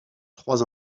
trois